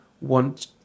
want